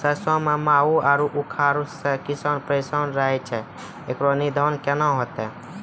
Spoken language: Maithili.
सरसों मे माहू आरु उखरा से किसान परेशान रहैय छैय, इकरो निदान केना होते?